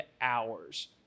hours